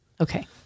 okay